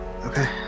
Okay